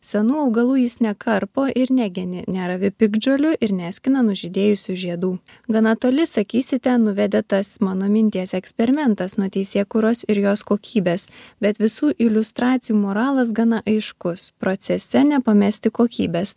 senų augalų jis nekarpo ir negeni neravi piktžolių ir neskina nužydėjusių žiedų gana toli sakysite nuvedė tas mano minties eksperimentas nuo teisėkūros ir jos kokybės bet visų iliustracijų moralas gana aiškus procese nepamesti kokybės